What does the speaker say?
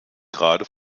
gerade